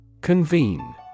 Convene